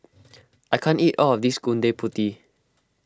I can't eat all of this Gudeg Putih